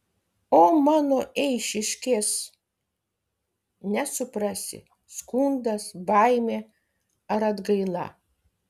o mano eišiškės nesuprasi skundas baimė ar atgaila